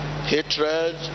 hatred